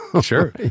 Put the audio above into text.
Sure